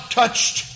touched